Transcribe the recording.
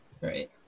Right